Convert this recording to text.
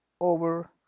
over